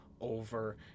over